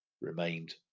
remained